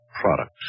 product